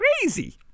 crazy